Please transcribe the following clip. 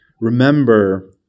remember